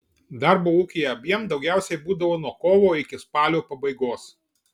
darbo ūkyje abiem daugiausiai būdavo nuo kovo iki spalio pabaigos